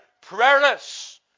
prayerless